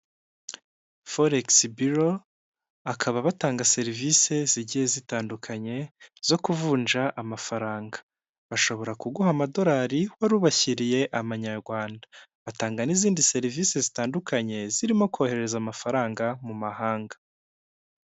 FOREX BUREAU akaba batanga serivisi zigiye zitandukanye zo kuvunja amafaranga; bashobora kuguha amadolari wari ubashyiriye amanyarwanda. Batanga n'izindi serivisi zitandukanye zirimo kohereza amafaranga mu mahanga.